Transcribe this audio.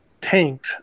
tanked